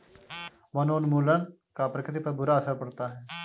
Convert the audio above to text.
वनोन्मूलन का प्रकृति पर बुरा असर पड़ता है